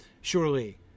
Surely